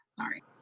Sorry